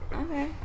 Okay